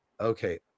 okay